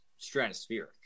stratospheric